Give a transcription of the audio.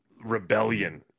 rebellion